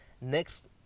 next